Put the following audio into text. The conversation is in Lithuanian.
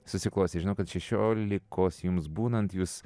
susiklostė žinau kad šešiolikos jums būnant jus